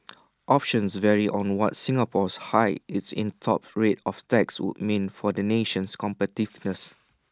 options vary on what Singapore's hike its in top rate of tax would mean for the nation's competitiveness